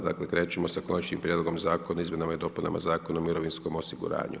Dakle krećemo sa Konačnim prijedlogom Zakona o izmjenama i dopunama Zakona o mirovinskom osiguranju.